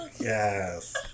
Yes